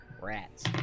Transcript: Rats